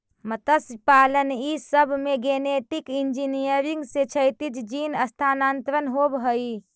मत्स्यपालन ई सब में गेनेटिक इन्जीनियरिंग से क्षैतिज जीन स्थानान्तरण होब हई